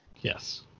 Yes